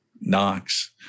Knox